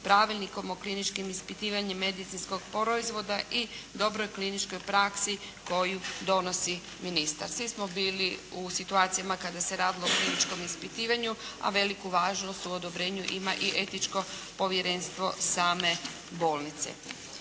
Pravilnikom o kliničkom ispitivanju medicinskog proizvoda i dobroj kliničkoj praksi koju donosi ministar. Svi smo bili u situacijama kada se radilo o kliničkom ispitivanju a veliku važnost u odobrenju ima etičko povjerenstvo same bolnice.